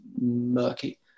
murky